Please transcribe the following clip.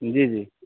जी जी